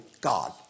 God